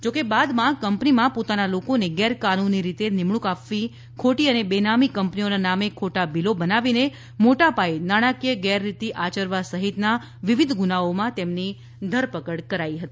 જોકે બાદમાં કંપનીમાં પોતાના લોકોને ગેરકાનૂની રીતે નિમણુંક આપવી ખોટી અને બેનામી કંપનીઓના નામે ખોટા બીલો બનાવીને મોટા પાયે નાણાકીય ગેરરીતિ આચરવા સહિતના વિવિધ ગુનાઓમાં તેમની ધરપકડ કરાઈ હતી